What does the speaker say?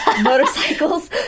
motorcycles